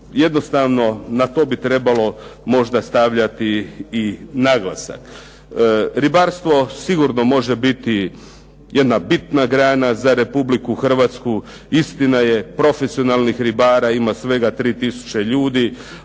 Jednostavno na to bi trebalo možda stavljati i naglasak. Ribarstvo sigurno može biti jedna bitna grana za Hrvatsku, istina je profesionalnih ribara ima svega 3000 ljudi,